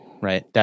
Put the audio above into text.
right